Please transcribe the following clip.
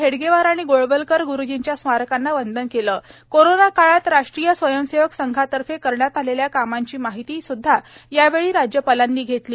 हेडगेवार आणि गोळवलकर ग्रुजींच्या स्मारकांना वंदन केले कोरोना काळात राष्ट्रीय स्वयंसेवक संघातर्फे करण्यात आलेल्या कामाची माहिती सुदधा यावेळी राज्यपालांनी घेतली